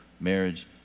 Marriage